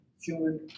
human